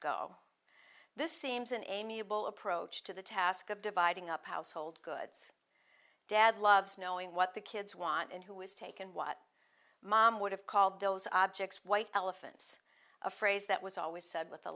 go this seems an amiable approach to the task of dividing up household goods dad loves knowing what the kids want and who was taken what mom would have called those objects white elephants a phrase that was always said with